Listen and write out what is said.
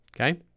Okay